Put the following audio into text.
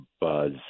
buzz